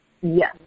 Yes